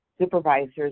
supervisors